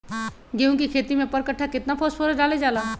गेंहू के खेती में पर कट्ठा केतना फास्फोरस डाले जाला?